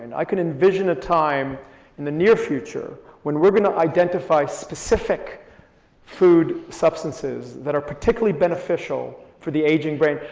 and i can envision a time in the near future when we're gonna identify specific food substances that are particularly beneficial for the aging brain,